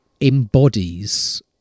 embodies